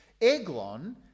Eglon